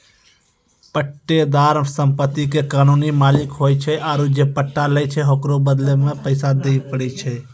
पट्टेदार सम्पति के कानूनी मालिक होय छै आरु जे पट्टा लै छै ओकरो बदला मे पैसा दिये पड़ै छै